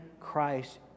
Christ